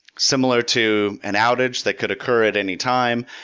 similar to an outage that could occur at any time,